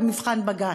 במבחן בג"ץ.